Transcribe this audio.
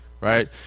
right